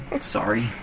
Sorry